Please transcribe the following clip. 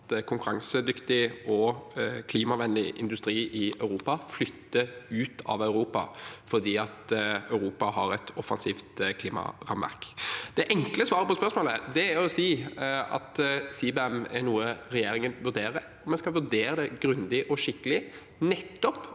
at konkurransedyktig og klimavennlig industri i Europa flytter ut av Europa fordi Europa har et offensivt klimarammeverk. Det enkle svaret på spørsmålet er å si at CBAM er noe regjeringen vurderer. Vi skal vurdere det grundig og skikkelig, nettopp